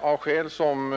Av skäl, som